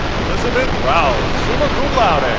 elizabeth rawls, summa cum laude. and